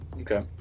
Okay